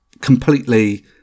completely